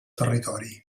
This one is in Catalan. territori